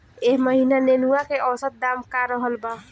एह महीना नेनुआ के औसत दाम का रहल बा?